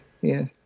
Yes